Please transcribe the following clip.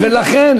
ולכן,